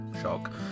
shock